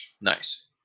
Nice